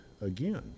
again